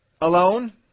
alone